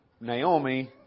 Naomi